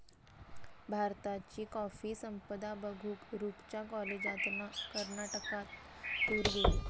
भारताची कॉफी संपदा बघूक रूपच्या कॉलेजातना कर्नाटकात टूर गेली